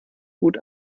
gut